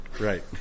Right